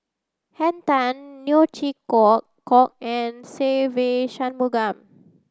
Henn Tan Neo Chwee Kok and Se Ve Shanmugam